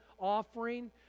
offering